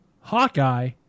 Hawkeye